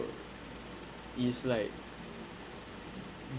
is like